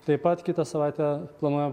taip pat kitą savaitę planuojam